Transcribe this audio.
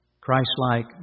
Christ-like